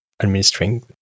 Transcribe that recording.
administering